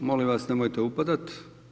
Molim vas nemojte upadati.